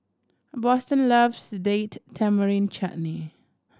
Boston loves Date Tamarind Chutney